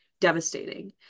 devastating